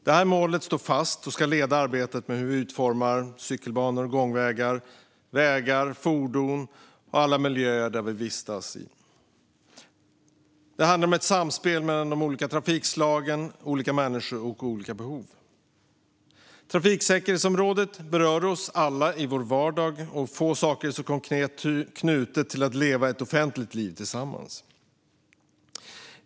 Detta mål står fast och ska leda arbetet med hur vi utformar cykelbanor, gångvägar, vägar, fordon och alla miljöer där vi vistas. Det handlar om ett samspel mellan de olika trafikslagen, olika människor och olika behov. Trafiksäkerhetsområdet berör oss alla i vår vardag. Få saker är så konkret knutna till att leva ett offentligt liv tillsammans.